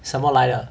什么来的